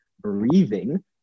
breathing